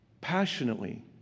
passionately